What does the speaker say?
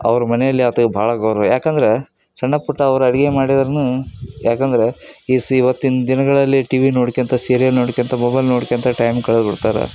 ಅವ್ರ ಮನೆಯಲ್ಲಿ ಆತಗೆ ಭಾಳ ಗೌರವ ಯಾಕಂದ್ರೆ ಸಣ್ಣ ಪುಟ್ಟ ಅವ್ರು ಅಡುಗೆ ಮಾಡಿದ್ರೂನು ಯಾಕಂದ್ರೆ ಇಸಿ ಇವತ್ತಿನ ದಿನಗಳಲ್ಲಿ ಟಿವಿ ನೋಡಿಕೊಂತ ಸೀರಿಯಲ್ ನೋಡಿಕೊಂತ ಮೊಬೈಲ್ ನೋಡಿಕೊಂತ ಟೈಮ್ ಕಳ್ದು ಬಿಡ್ತಾರೆ